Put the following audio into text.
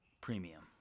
premium